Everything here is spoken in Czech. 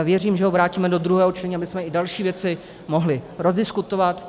Věřím, že ho vrátíme do druhého čtení, abychom i další věci mohli prodiskutovat.